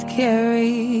carry